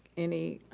any